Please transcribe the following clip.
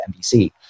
NBC